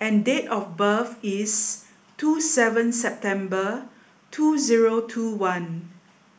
and date of birth is two seven September two zero two one